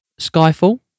Skyfall